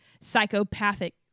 psychopathic